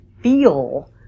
feel